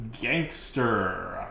Gangster